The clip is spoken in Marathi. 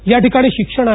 या ठिकाणी शिक्षण आहे